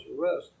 arrest